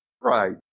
Right